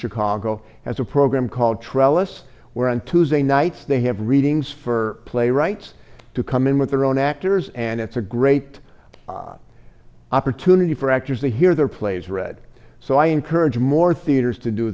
chicago has a program called trellis where on tuesday nights they have readings for playwrights to come in with their own actors and it's a great opportunity for actors to hear their plays read so i encourage more theaters to do